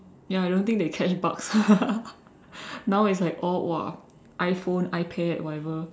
ya I don't think they catch bug now it's like all !wah! iPhone iPad whatever